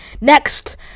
Next